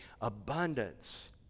abundance